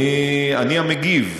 אני המגיב.